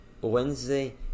wednesday